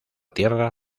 tierra